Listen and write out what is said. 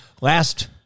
Last